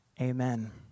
Amen